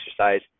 exercise